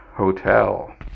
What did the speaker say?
hotel